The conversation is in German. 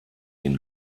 den